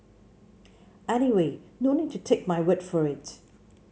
anyway no need to take my word for it